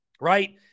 right